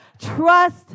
Trust